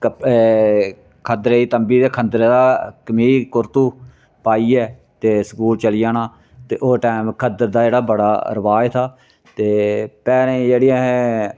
खद्धड़ै दी तम्बी ते खद्धड़ै दा गै कमीज कुर्तु पाइयै ते स्कूल चली जाना ते ओह् टैम खद्धड़ दा जेह्ड़ा बड़ा रवाज था ते पैरें जेह्ड़े